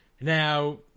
Now